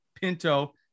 Pinto